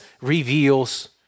reveals